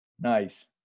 Nice